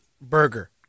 burger